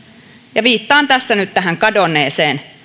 ja viittaan tässä nyt tähän kadonneeseen